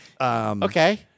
Okay